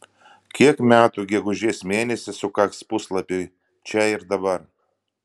kiek metų gegužės mėnesį sukaks puslapiui čia ir dabar